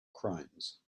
crimes